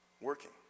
working